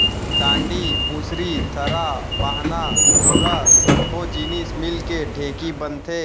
डांड़ी, मुसरी, थरा, बाहना, धुरा सब्बो जिनिस मिलके ढेंकी बनथे